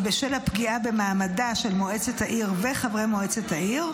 הפגיעה במעמדם של מועצת העיר וחברי מועצת העיר,